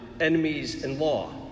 enemies-in-law